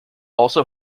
also